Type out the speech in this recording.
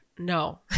No